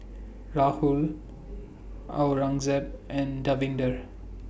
Rahul Aurangzeb and Davinder